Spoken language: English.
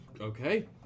okay